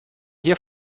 hier